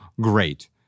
great